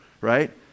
right